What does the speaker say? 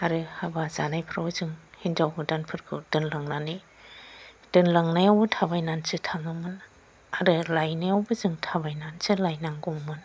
आरो हाबा जानायफ्राव जों हिन्जाव गोदानफोरखौ दोनलांनानै दोनलांनायावबो थाबायनानैसो थाङोमोन आरो लायनायावबो जों थाबायनानैसो लायनांगौमोन